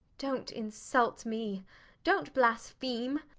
dont insult me dont blaspheme.